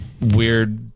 weird